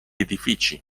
edifici